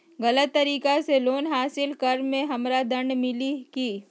गलत तरीका से लोन हासिल कर्म मे हमरा दंड मिली कि?